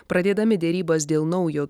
pradėdami derybas dėl naujo